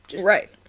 Right